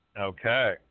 Okay